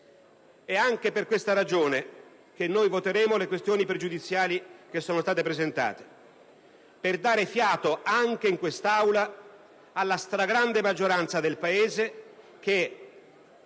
c'è che dire. Per tali ragioni, noi voteremo a favore delle questioni pregiudiziali che sono state presentate, per dare fiato anche in quest'Aula alla stragrande maggioranza del Paese che